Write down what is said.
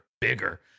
Bigger